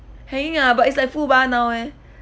hanging ah but it's like full bar now eh